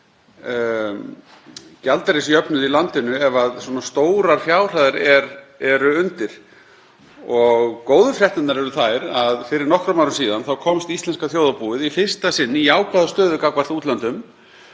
gjaldeyrisjöfnuð í landinu ef svona stórar fjárhæðir eru undir. Góðu fréttirnar eru þær að fyrir nokkrum árum komst íslenska þjóðarbúið í fyrsta sinn í jákvæða stöðu gagnvart útlöndum,